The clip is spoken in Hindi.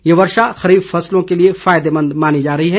ये वर्षा खरीफ फसलों के लिए फायदेमंद मानी जार रही है